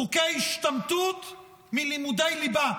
חוקי השתמטות מלימודי ליבה,